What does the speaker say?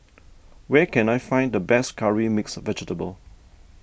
where can I find the best Curry Mixed Vegetable